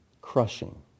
crushing